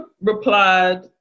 replied